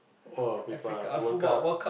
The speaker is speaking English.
oh Fifa World Cup